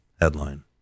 headline